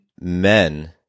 men